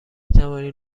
توانید